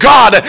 God